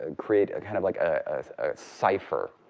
ah create a kind of like a cipher.